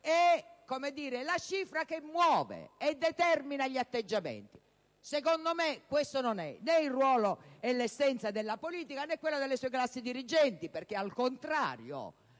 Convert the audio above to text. la cifra che muove e determina gli atteggiamenti. A mio avviso, questo non è il ruolo e l'essenza della politica né quello delle sue classi dirigenti. Al contrario,